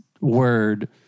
word